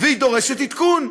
והיא דורשת עדכון,